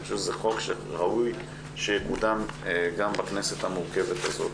אני חושב שזה חוק שראוי שיקודם גם בכנסת המורכבת הזאת.